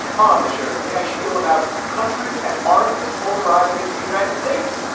on the show today, i spiel about countries that aren't as polarizing as the united states.